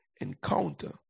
encounter